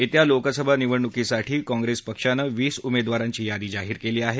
येत्या लोकसभा निवडणुकीसाठी काँग्रेस पक्षाने वीस उमेदवारांची यादी जाहीर केली आहे